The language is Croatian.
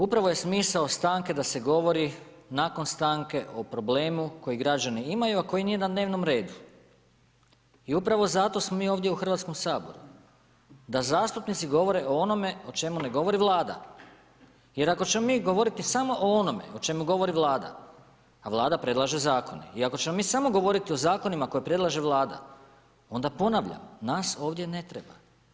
Upravo je smisao stanke da se govori nakon stanke o problemu koji građani imaju, a koji nije na dnevnom redu. i upravo zato smo mi ovdje u Hrvatskom saboru da zastupnici govore o onome o čemu ne govori Vlada jer ako ćemo mi govoriti samo o onome o čemu govori Vlada, a Vlada predlaže zakone i ako ćemo mi samo govoriti o zakonima koje predlaže Vlada, onda ponavljam, nas ovdje ne treba.